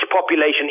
population